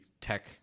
tech